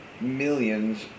millions